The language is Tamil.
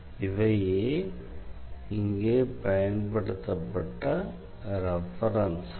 இவையே இங்கே பயன்படுத்தப்பட்ட ரெஃபரென்ஸ்கள்